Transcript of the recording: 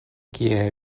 kie